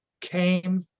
came